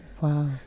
wow